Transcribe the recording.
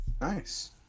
Nice